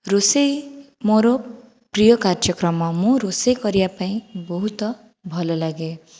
ରୋଷେଇ ମୋର ପ୍ରିୟ କାର୍ଯ୍ୟକ୍ରମ ମୁଁ ରୋଷେଇ କରିବାପାଇଁ ବହୁତ ଭଲଲାଗେ